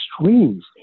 extremes